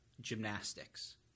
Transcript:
gymnastics